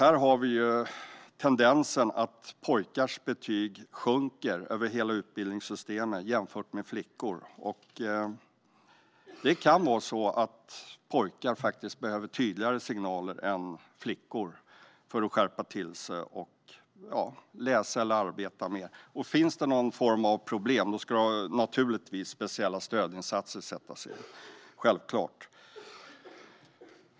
Här har vi tendensen att pojkars betyg sjunker över hela utbildningssystemet jämfört med flickors. Det kan vara så att pojkar faktiskt behöver tydligare signaler än flickor för att skärpa till sig och läsa eller arbeta mer. Finns det någon form av problem ska speciella stödinsatser naturligtvis sättas in. Det är självklart.